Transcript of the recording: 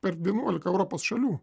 per vienuolika europos šalių